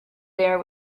there